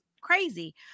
crazy